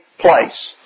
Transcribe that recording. place